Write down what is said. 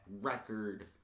record